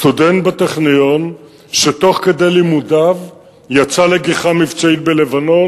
סטודנט בטכניון שתוך כדי לימודיו יצא לגיחה מבצעית בלבנון.